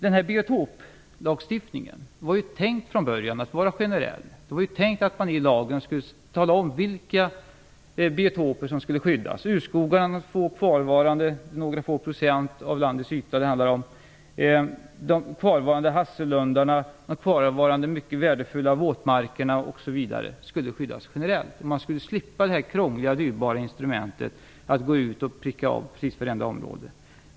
Den här biotoplagstiftningen var ju från början tänkt att vara generell; man skulle i lagen tala om vilka biotoper som skulle skyddas. De få kvarvarande urskogsområdena - det handlar om några få procent av landets yta - de kvarvarande hassellundarna, de kvarvarande mycket värdefulla våtmarkerna osv. skulle skyddas generellt. Man skulle slippa den krångliga, dyrbara metoden att gå ut och pricka av precis vartenda område.